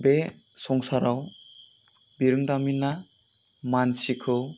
बे संसाराव बिरोंदामिना मानसिखौ